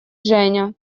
женя